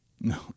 No